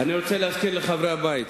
אני רוצה להזכיר לחברי הבית,